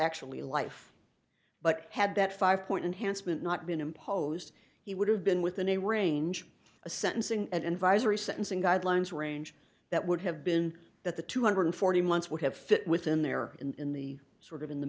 actually life but had that five point enhanced been not been imposed he would have been within a range a sentencing and visors sentencing guidelines range that would have been that the two hundred and forty months would have fit within there in the sort of in the